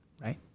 right